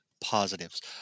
Positives